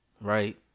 Right